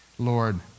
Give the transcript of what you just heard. Lord